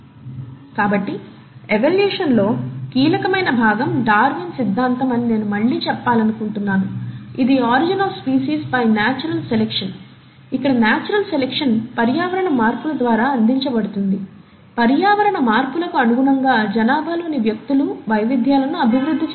కాబట్టి ఎవల్యూషన్లో కీలకమైన భాగం డార్విన్ సిద్ధాంతం అని నేను మళ్ళీ చెప్పాలనుకుంటున్నాను ఇది 'origin of species by natural selection ఇక్కడ నాచురల్ సెలక్షన్ పర్యావరణ మార్పుల ద్వారా అందించబడుతుందిపర్యావరణ మార్పులకు అనుగుణంగా జనాభాలోని వ్యక్తులు వైవిధ్యాలను అభివృద్ధి చేస్తారు